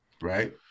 right